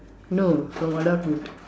no from adulthood